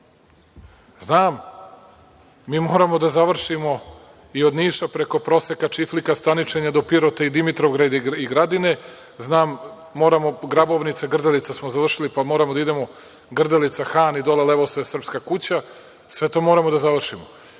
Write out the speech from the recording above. Znam. Mi moramo da završimo i od Niša preko Proseka, Čiflika, Staničenja do Pirota i Dimitrovgrada i Gradine. Znam, moramo Grabovnicu, Grdelicu smo završili, pa moramo da idemo Grdelica-Han, i dole Levosoje-Srpska kuća, sve to moramo da završimo.